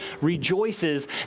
rejoices